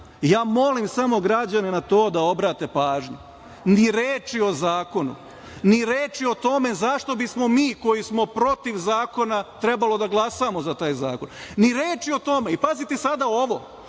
Ja molim samo građane na to da obrate pažnju. Ni reči o zakonu, ni reči o tome zašto bismo mi koji smo protiv zakona trebalo da glasamo za taj zakon. Ni reči o tome. Pazite sada ovo,